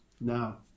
now